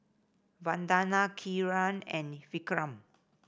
Vandana Kiran and Vikram